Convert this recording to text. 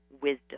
wisdom